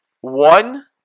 one